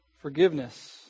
forgiveness